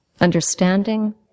Understanding